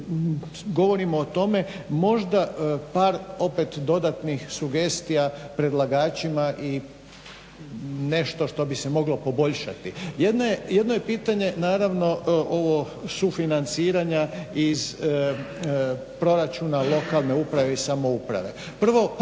govorimo o tome možda par opet dodatnih sugestija predlagačima i nešto što bi se moglo poboljšati, jedno je pitanje naravno ovo sufinanciranja iz proračuna lokalne uprave i samouprave. Prvo potpuno